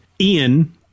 Ian